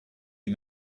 you